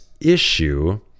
issue